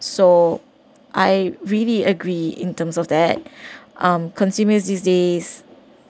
so I really agree in terms of that um consumers these days